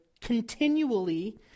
Continually